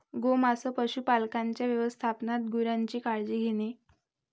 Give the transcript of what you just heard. गोमांस पशुपालकांच्या व्यवस्थापनात गुरांची काळजी घेणे